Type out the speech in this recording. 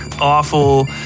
awful